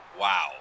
wow